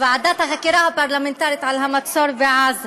ועדת החקירה הפרלמנטרית על המצור בעזה.